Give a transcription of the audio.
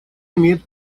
имеет